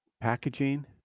packaging